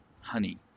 honey